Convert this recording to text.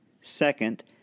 Second